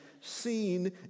seen